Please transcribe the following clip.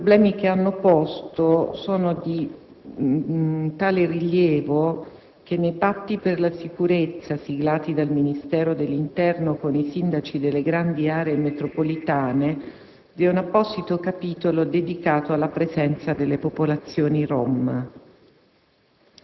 questioni che hanno posto sono di tale rilievo che nei patti per la sicurezza, siglati dal Ministero dell'interno con i sindaci delle grandi aree metropolitane, vi è un apposito capitolo dedicato alla presenza delle popolazioni Rom.